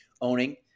owning